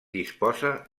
disposa